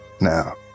Now